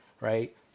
right